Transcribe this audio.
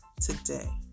today